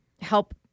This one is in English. help